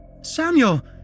Samuel